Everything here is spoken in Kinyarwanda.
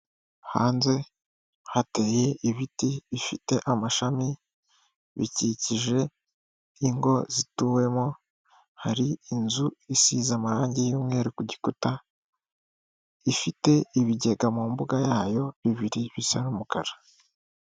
Hanze hateye ibiti bifite amashami bikikije ingo zituwemo, hari inzu isize amarangi y'umweru ku gikuta ifite ibigega mu mbuga yayo bibiri bisa umukara.